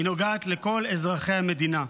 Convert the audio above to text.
היא נוגעת לכל אזרחי המדינה.